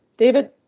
David